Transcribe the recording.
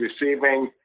receiving